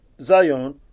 Zion